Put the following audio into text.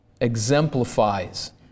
exemplifies